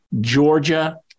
Georgia